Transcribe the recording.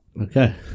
Okay